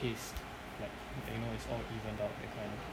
it's like you know it's all even out that kind